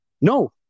No